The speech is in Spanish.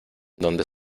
donde